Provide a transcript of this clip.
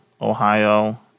Ohio